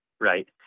Right